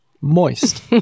moist